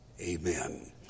Amen